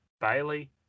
Bailey